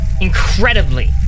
Incredibly